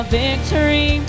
victory